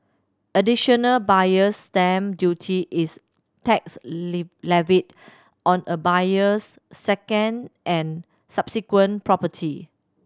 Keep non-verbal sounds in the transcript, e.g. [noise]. Additional Buyer's Stamp Duty is tax [unintelligible] levied on a buyer's second and subsequent property